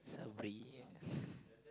Sabri yeah